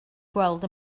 gweld